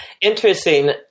Interesting